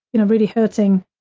you know, really hurting,